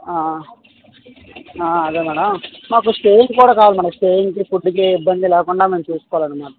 అదే మేడం మాకు స్టేయింగ్ కూడా కావాలి మేడం స్టేయింగ్ కి ఫుడ్ కి ఇబ్బంది లేకుండా మ్యామ్ చూసుకోవాలి మ్యమ్